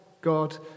God